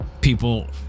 people